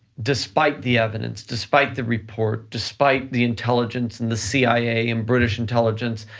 despite the evidence, despite the report, despite the intelligence in the cia and british intelligence,